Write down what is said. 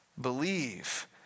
Believe